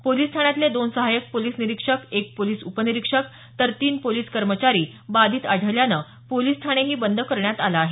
police ठाण्यातले दोन सहाय्यक पोलीस निरीक्षक एक पोलीस उपनिरीक्षक तर तीन पोलीस कर्मचारी बाधित आढळल्यानं पोलीस ठाणेही बंद करण्यात आल आहे